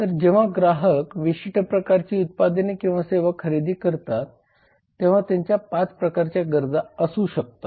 तर जेव्हा ग्राहक विशिष्ट प्रकारचे उत्पादन किंवा सेवा खरेदी करतात तेव्हा त्यांच्या 5 प्रकारच्या गरजा असू शकतात